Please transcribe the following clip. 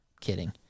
Kidding